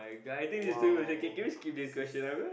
!wow! this is